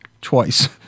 twice